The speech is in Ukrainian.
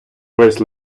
весь